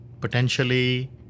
potentially